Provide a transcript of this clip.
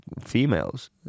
females